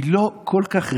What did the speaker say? היא לא כל כך רלוונטית.